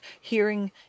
hearing